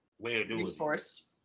resource